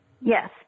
Yes